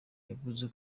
yavuze